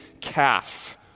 calf